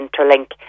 interlink